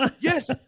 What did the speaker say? Yes